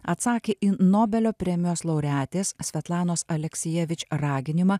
atsakė į nobelio premijos laureatės svetlanos aleksijevič raginimą